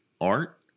art